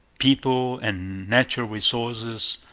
people and natural resources,